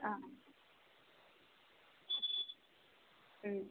ಹಾಂ ಹ್ಞೂ